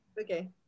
Okay